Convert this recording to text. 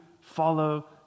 follow